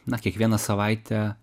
na kiekvieną savaitę